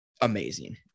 amazing